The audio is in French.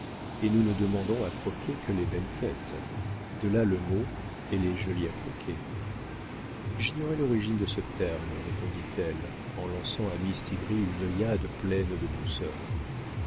et nous ne demandons à croquer que les belles têtes de là le mot elle est jolie à croquer j'ignorais l'origine de ce terme répondit-elle en lançant à mistigris une œillade pleine de douceur